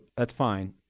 that's fine.